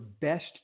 best